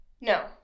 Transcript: No